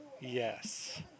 Yes